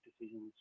decisions